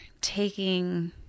taking